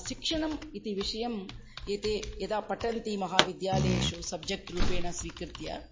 शिक्षणम् इति विषयम् एते यदा पठन्ति महाविद्यालयेषु सब्जक्ट्रूपेण स्वीकृत्य